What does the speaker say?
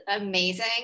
amazing